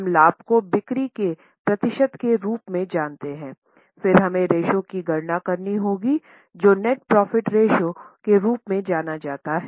हम लाभ को बिक्री के प्रतिशत के रूप में जानते हैं फिर हमें रेश्यो की गणना करनी होगी जो नेट प्रॉफिट रेश्यो के रूप में जाना जाता हैं